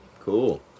Cool